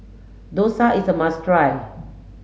Dosa is a must try